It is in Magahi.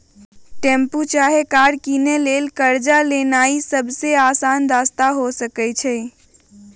टेम्पु चाहे कार किनै लेल कर्जा लेनाइ सबसे अशान रस्ता हो सकइ छै